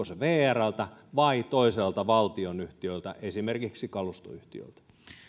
se vrltä vai toiselta valtionyhtiöltä esimerkiksi kalustoyhtiöltä